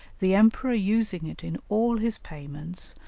the emperor using it in all his payments,